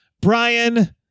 Brian